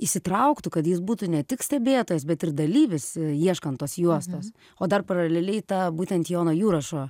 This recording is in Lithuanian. įsitrauktų kad jis būtų ne tik stebėtojas bet ir dalyvis ieškant tos juostos o dar paraleliai ta būtent jono jurašo